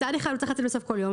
מצד אחד הוא צריך לצאת בסוף כל יום,